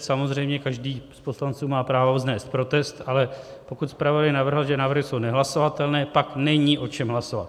Samozřejmě každý z poslanců má právo vznést protest, ale zpravodaj navrhl, že návrhy jsou nehlasovatelné, pak není o čem hlasovat.